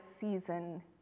season